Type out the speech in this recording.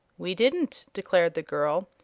we didn't, declared the girl.